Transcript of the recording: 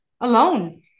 alone